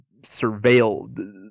surveil